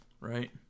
right